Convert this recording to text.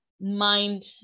mind